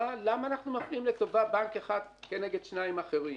למה אנחנו מפלים לטובת בנק אחד כנגד שניים אחרים?